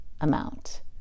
amount